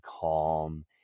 calm